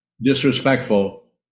disrespectful